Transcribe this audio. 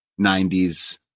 90s